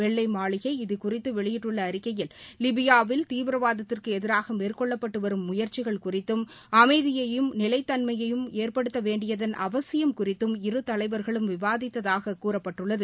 வெள்ளை மாளிகை இது குறித்து வெளியிட்டுள்ள அறிக்கையில் லிபியாவில் தீவிரவாதத்திற்கு எதிராக மேற்கொள்ளப்பட்டு வரும் முயற்சிகள் குறித்தும் அமைதியையும் நிலைத் தன்மையையும் ஏற்படுத்த வேண்டியதன் அவசியம் குறித்தும் இருதலைவர்களும் விவாதித்ததாக கூறப்பட்டுள்ளது